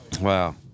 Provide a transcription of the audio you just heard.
Wow